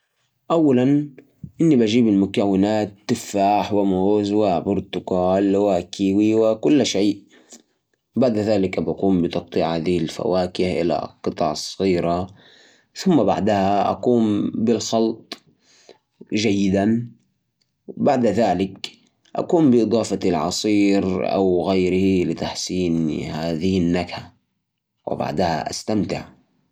عشان تسوي طبق سلطة فواكه بسيط اول شئ اختار فواكه متنوعة مثل التفاح والموز والمانجو قطعهم لقطع صغيرة واحطهم في وعاء بعدين أضيف شوية عصير ليمون عشان تمنع الفواكه من السواد إذا تحب ممكن تضيف عسل او زبادي كصوص اخلطهم كويس وحطهم في الثلاجة شوي وبالعافية